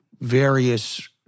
various